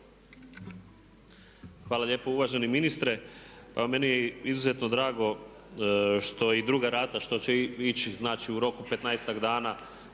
Hvala lijepo uvaženi ministre. Pa meni je izuzetno drago što i druga rata što će ići znači u roku 15-tak dana